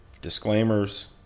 disclaimers